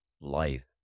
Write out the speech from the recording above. life